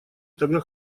тогда